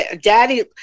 daddy